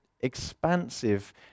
expansive